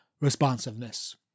responsiveness